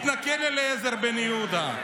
התנכל לאליעזר בן יהודה.